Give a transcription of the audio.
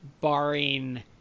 barring